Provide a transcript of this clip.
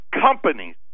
companies